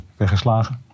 weggeslagen